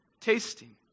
tasting